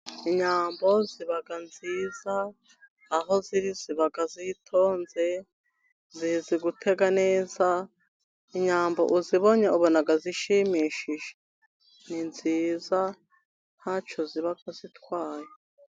Inyambo ziba nziza, aho ziri ziba zitonze, zizi gugutega neza, inyambo uzibonye abona zishimishije. Ni nziza, nta cyo ziba zitwaye.